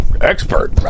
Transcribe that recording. Expert